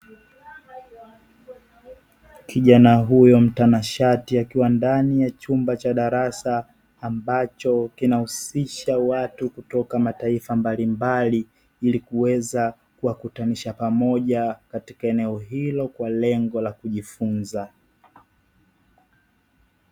Kijana huyu mtanashati akiwa ndani ya chumba cha darasa ambacho kinahusisha watu kutoka mataifa mbalimbali ili kuweza kuwakutanisha pamoja katika eneo hilo kwa lengo la kujifunza.